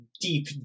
deep